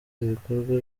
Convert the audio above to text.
ibikorwa